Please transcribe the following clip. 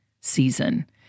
season